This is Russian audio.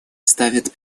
ставит